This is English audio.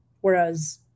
whereas